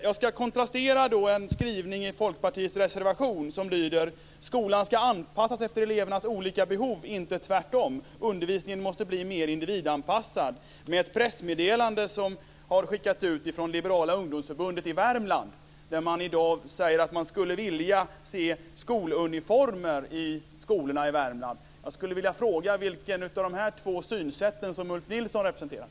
Jag vill kontrastera en skrivning i Folkpartiets reservation som lyder: "Skolan skall anpassas efter elevernas olika behov - inte tvärtom. Undervisningen måste bli mer individanpassad." med ett pressmeddelande som har skickats ut från Liberala ungdomsförbundet i Värmland. Där säger man att man i dag skulle vilja se skoluniformer i skolorna i Värmland. Jag skulle vilja fråga vilket av dessa två synsätt som Ulf Nilsson representerar.